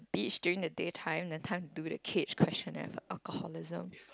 beach during the daytime then time to do the cage question and a Colosseum